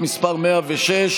קודם נתניהו ואחר כך גנץ,